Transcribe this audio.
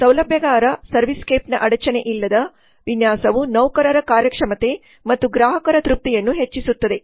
ಸೌಲಭ್ಯಗಾರ service ಸ್ಕೇಪ್ನ ಅಡಚಣೆಯಿಲ್ಲದ ವಿನ್ಯಾಸವು ನೌಕರರ ಕಾರ್ಯಕ್ಷಮತೆ ಮತ್ತು ಗ್ರಾಹಕರ ತೃಪ್ತಿಯನ್ನು ಹೆಚ್ಚಿಸುತ್ತದೆ